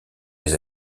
les